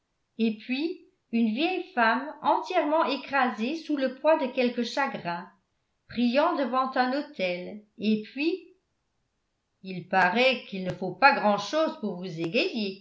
et puis une vieille femme entièrement écrasée sous le poids de quelque chagrin priant devant un autel et puis il paraît qu'il ne faut pas grand'chose pour vous